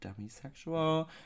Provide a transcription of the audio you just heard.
demisexual